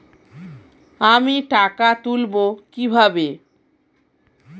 আমি টাকা তুলবো কি ভাবে?